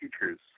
features